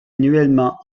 annuellement